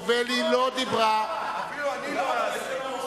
אפילו אני לא העזתי.